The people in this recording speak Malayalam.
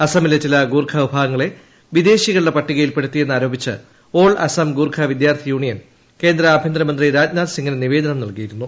അസാമിലെ ചില ഗൂർഖ വിഭാഗങ്ങളെ വിദേശികളുടെ പട്ടിക യിൽപ്പെടുത്തിയെന്നാരോപിച്ച് ഓൾ അസാം ഗൂർഖ വിദ്യാർത്ഥിയൂ ണിയൻ കേന്ദ്ര ആഭ്യന്തര മന്ത്രി രാജ്നാഥ് സിംഗിന് നിവേദനം നൽകിയിരുന്നു